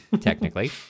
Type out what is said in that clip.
technically